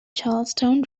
charlestown